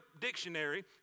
dictionary